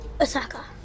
Osaka